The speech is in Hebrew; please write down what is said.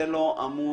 זה לא אמור